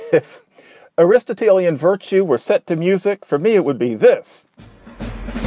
if aristotelian virtue were set to music for me, it would be this